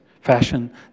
fashion